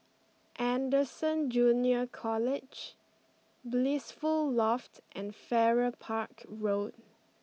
Anderson Junior College Blissful Loft and Farrer Park Road